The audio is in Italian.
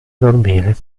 dormire